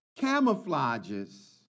camouflages